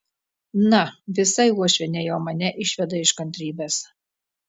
na visai uošvienė jau mane išveda iš kantrybės